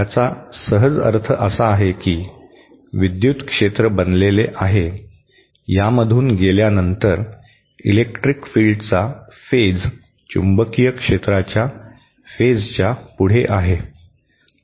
याचा सहज अर्थ असा आहे की विद्युत क्षेत्र बनलेले आहे यामधून गेल्यानंतर इलेक्ट्रिक फील्डचा फेज चुंबकीय क्षेत्राच्या फेजच्या पुढे आहे